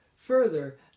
Further